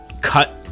cut